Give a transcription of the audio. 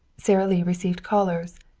sara lee received callers.